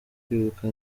kwibuka